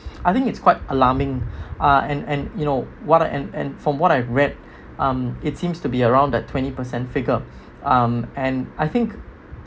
I think it's quite alarming uh and and you know what and and from what I've read um it seems to be around the twenty percent figure um and I think